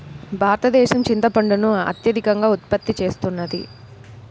భారతదేశం చింతపండును అత్యధికంగా ఉత్పత్తి చేస్తున్నది